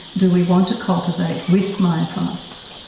do we want to cultivate with mindfulness?